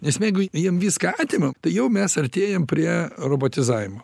nes meigui jiem viską atėmiau tai jau mes artėjam prie robotizavimo